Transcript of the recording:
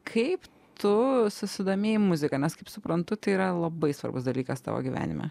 kaip tu susidomėjai muzika nes kaip suprantu tai yra labai svarbus dalykas tavo gyvenime